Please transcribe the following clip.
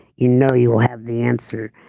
you know you will have the answer.